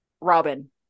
Robin